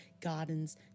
gardens